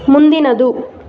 ಮುಂದಿನದು